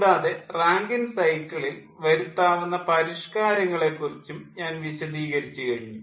കൂടാതെ റാങ്കിൻ സൈക്കിളിൽ വരുത്താവുന്ന പരിഷ്ക്കാരങ്ങളെ കുറിച്ചും ഞാൻ വിശദീകരിച്ചു കഴിഞ്ഞു